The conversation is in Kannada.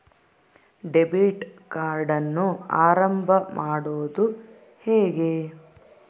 ಡೆಬಿಟ್ ಕಾರ್ಡನ್ನು ಆರಂಭ ಮಾಡೋದು ಹೇಗೆ?